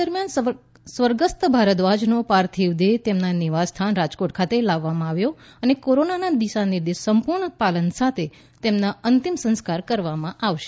દરમ્યાન સ્વર્ગસ્થ ભારદ્વાજનો પાર્થિક દેહ તેમના નિવાસસ્થાન રાજકોટ ખાતે લાવવામાં આવશે અને કોરોનાના દિશા નિર્દેશોના સંપૂર્ણપાલન સાથે તેમના અંતિમ સંસ્કાર કરવામાં આવશે